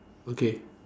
okay